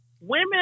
women